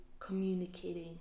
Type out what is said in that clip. Communicating